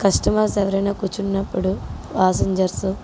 customers ఎవరైనా కుర్చున్నప్పుడు passengers